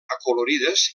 acolorides